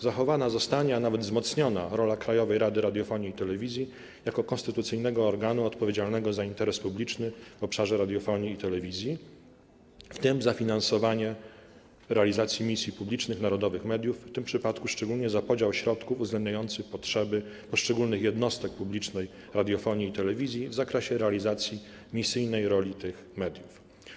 Zachowana, a nawet wzmocniona, zostanie rola Krajowej Rady Radiofonii i Telewizji jako konstytucyjnego organu odpowiedzialnego za interes publiczny w obszarze radiofonii i telewizji, w tym za finansowanie realizacji misji publicznych, narodowych mediów, w tym przypadku - szczególnie za podział środków uwzględniający potrzeby poszczególnych jednostek publicznej radiofonii i telewizji w zakresie realizacji misyjnej roli tych mediów.